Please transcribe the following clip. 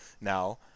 now